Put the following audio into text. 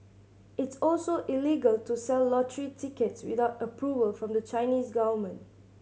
it's also illegal to sell lottery tickets without approval from the Chinese government